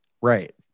Right